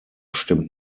stimmt